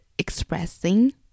expressing